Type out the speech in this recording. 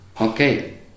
okay